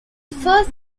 first